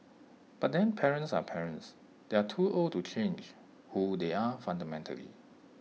but then parents are parents they are too old to change who they are fundamentally